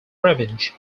revenge